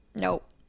Nope